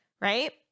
right